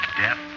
death